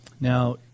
Now